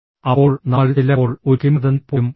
അപ്പോൾ നമ്മൾ ചിലപ്പോൾ ഒരു കിംവദന്തി പോലും കേൾക്കുന്നു